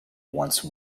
once